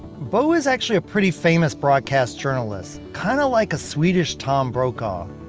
bo is actually a pretty famous broadcast journalist. kind of like a swedish tom brokaw.